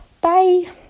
bye